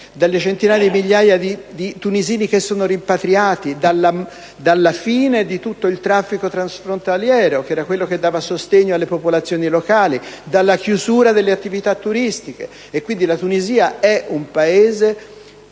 dalle centinaia di migliaia di tunisini rimpatriati, dalla fine di tutto il traffico transfrontaliero che dava sostegno alle popolazioni locali, dalla chiusura delle attività turistiche. La Tunisia è un Paese